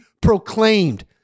proclaimed